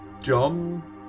John